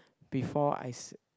before I s~